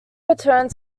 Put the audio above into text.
returned